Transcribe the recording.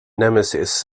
nemesis